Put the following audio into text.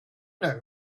know